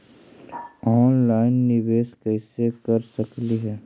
Online निबेस कैसे कर सकली हे?